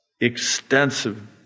extensive